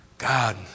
God